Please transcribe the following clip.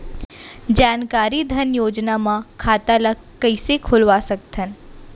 जानकारी धन योजना म खाता ल कइसे खोलवा सकथन?